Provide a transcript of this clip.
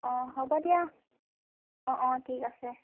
অঁ হ'ব দিয়া অঁ অঁ ঠিক আছে